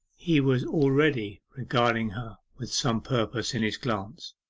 he was already regarding her with some purpose in his glance.